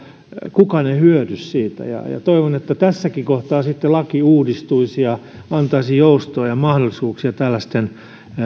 kukaan ei hyödy siitä toivon että tässäkin kohtaa laki uudistuisi ja antaisi joustoa ja mahdollisuuksia puuttua